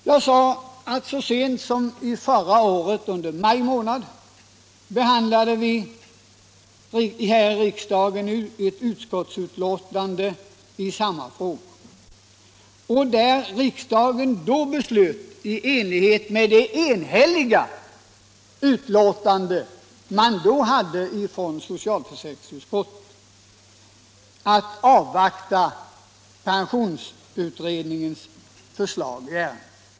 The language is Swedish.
Jag nämnde att vi så sent som i maj månad förra året behandlade ett enhälligt betänkande i samma fråga från socialförsäkringsutskottet och i enlighet med utskottets hemställan beslöt riksdagen att avvakta pensionskommitténs förslag i ärendet.